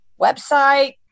website